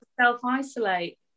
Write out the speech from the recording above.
self-isolate